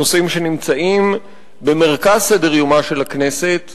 נושאים שנמצאים במרכז סדר-יומה של הכנסת,